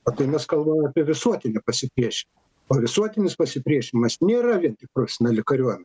o tai mes kalbame apie visuotinį pasipriešinimą o visuotinis pasipriešinimas nėra vien tik profesionali kariuomen